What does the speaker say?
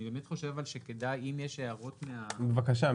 אני חושב שאם יש הערות מהזום --- בבקשה,